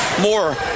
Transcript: more